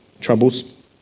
troubles